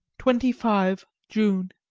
twenty five june,